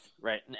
right